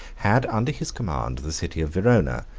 had under his command the city of verona,